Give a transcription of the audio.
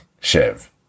Shiv